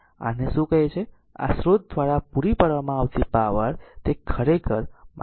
તેથી r ને શું કહે છે આ સ્રોત દ્વારા પૂરી પાડવામાં આવતી પાવર તે ખરેખર r 8 1 છે